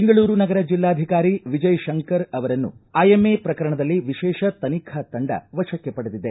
ಬೆಂಗಳೂರು ನಗರ ಜಿಲ್ಲಾಧಿಕಾರಿ ವಿಜಯ್ ಶಂಕರ್ ಅವರನ್ನು ಐಎಂಎ ಪ್ರಕರಣದಲ್ಲಿ ವಿಶೇಷ ತನಿಖಾ ತಂಡ ವಶಕ್ಕೆ ಪಡೆದಿದೆ